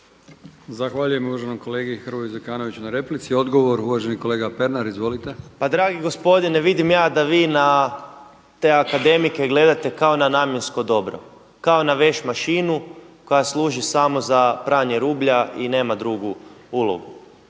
Zahvaljujem uvaženom kolegi Hrvoju Zekanoviću na replici. Odgovor uvaženi kolega Pernar. Izvolite. **Pernar, Ivan (Abeceda)** Pa dragi gospodine, vidim ja da vi na te akademike gledate kao na namjensko dobro, kao na veš mašinu koja služi samo za pranje rublja i nema drugu ulogu.